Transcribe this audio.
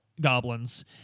goblins